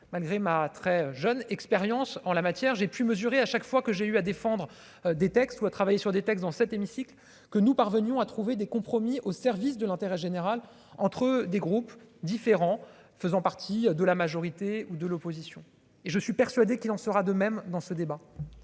malgré ma très jeune expérience en la matière, j'ai pu mesurer à chaque fois que j'ai eu à défendre des textes, travailler sur des textes dans cet hémicycle que nous parvenions à trouver des compromis au service de l'intérêt général, entre des groupes différents, faisant partie de la majorité ou de l'opposition et je suis persuadé qu'il en sera de même dans ce débat,